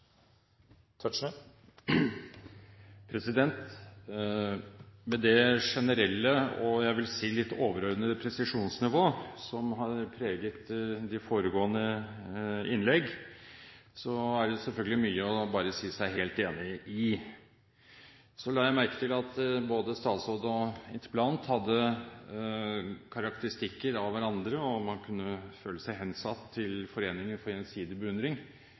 det selvfølgelig mye man bare kan si seg helt enig i. Jeg la merke til at både statsråden og interpellanten hadde karakteristikker av hverandre, og man kunne føle seg hensatt til foreningen for gjensidig beundring.